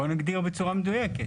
בואו נגדיר בצורה מדויקת.